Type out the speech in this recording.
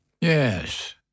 Yes